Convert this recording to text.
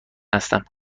هستم